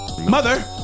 Mother